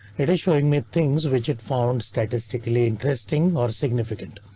it is showing me things which it found statistically interesting or significant.